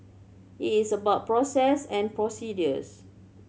it is about process and procedures